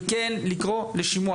וכן לקרוא לשימוע.